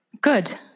good